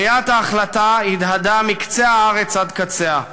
קריעת ההחלטה הדהדה מקצה הארץ עד קצהָ,